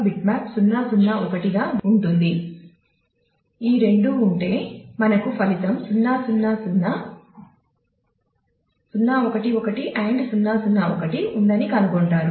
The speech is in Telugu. బిట్మ్యాప్ ఉందని కనుగొంటారు